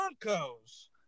Broncos